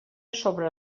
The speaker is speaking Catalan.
sobre